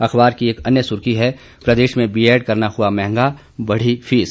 अखबार की एक अन्य सुर्खी है प्रदेश में बीएड करना हुआ मंहगा बढ़ी फीस